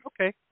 Okay